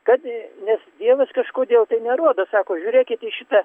kad nes dievas kažkodėl tai nerodo sako žiūrėkit į šitą